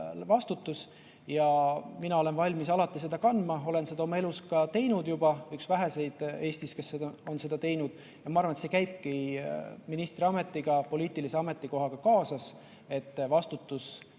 vastutus ja mina olen valmis alati seda kandma – olen seda oma elus ka teinud juba, üks väheseid Eestis, kes on seda teinud. Ja ma arvan, et see käibki ministri ametiga, poliitilise ametikohaga kaasas, et vastutus